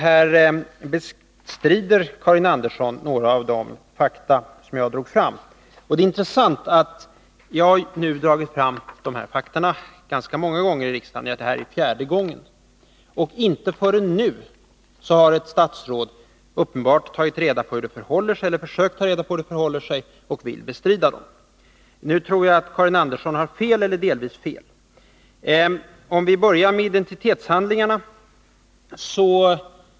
Karin Andersson bestred några av de fakta jag drog fram. Jag har nu här i riksdagen dragit fram dessa fakta många gånger — det här är fjärde gången. Det är intressant att ett statsråd inte förrän nu har försökt ta reda på hur det förhåller sig och vill bestrida dem. Jag tror att Karin Andersson därvid har helt eller delvis fel.